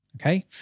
okay